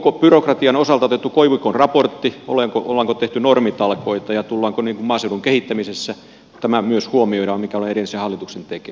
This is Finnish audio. onko byrokratian osalta otettu koivikon raportti onko tehty normitalkoita ja tullaanko maaseudun kehittämisessä huomioimaan myös tämä mikä oli edellisen hallituksen tekemä